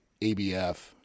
ABF